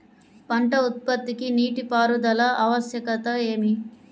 పంట ఉత్పత్తికి నీటిపారుదల ఆవశ్యకత ఏమి?